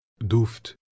Duft